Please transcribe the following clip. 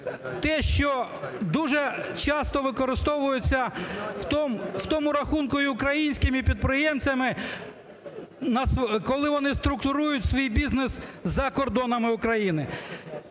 те, що дуже часто використовується в тому рахунку й українськими підприємцями, коли вони структурують свій бізнес за кордонами України.